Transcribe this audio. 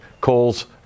calls